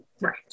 Right